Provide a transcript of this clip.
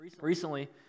recently